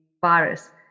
virus